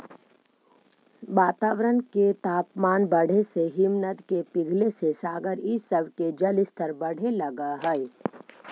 वातावरण के तापमान बढ़े से हिमनद के पिघले से सागर इ सब के जलस्तर बढ़े लगऽ हई